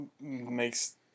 makes